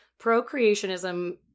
procreationism